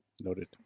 noted